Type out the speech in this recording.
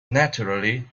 naturally